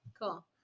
Cool